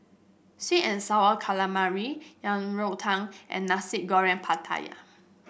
sweet and sour calamari Yang Rou Tang and Nasi Goreng Pattaya